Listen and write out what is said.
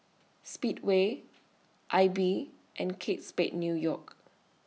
Speedway AIBI and Kate Spade New York